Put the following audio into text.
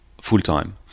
full-time